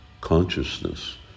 consciousness